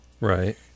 Right